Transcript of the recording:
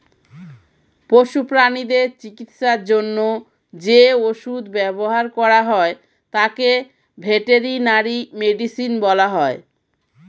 পশু প্রানীদের চিকিৎসার জন্য যে ওষুধ ব্যবহার করা হয় তাকে ভেটেরিনারি মেডিসিন বলা হয়